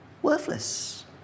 worthless